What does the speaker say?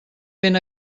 ben